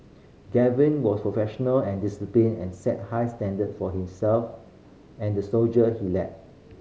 Gavin was professional and disciplined and set high standard for himself and the soldier he led